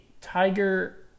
tiger